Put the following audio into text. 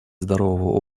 здорового